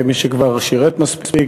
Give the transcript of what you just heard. כמי שכבר שירת מספיק,